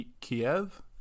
Kiev